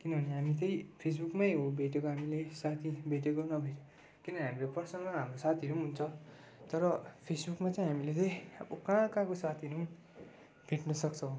किनभने हामी त्यहीँ फेसबुकमै हो भेटेको हामीले साथी भेटेको नभए किनभने हामीले पर्सनल साथीहरू हुन्छ तर फेसबुकमा चाहिँ हामीले चाहिँ अब कहाँ कहाँको साथीहरू भेट्नुसक्छौँ